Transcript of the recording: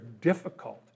difficult